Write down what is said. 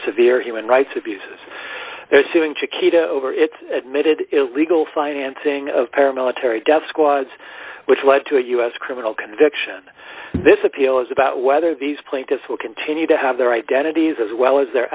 severe human rights abuses they're suing chiquita over its admitted illegal financing of paramilitary death squads which led to u s criminal conviction this appeal is about whether these plaintiffs will continue to have their identities as well as their